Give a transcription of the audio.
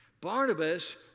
Barnabas